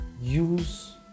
use